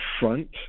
front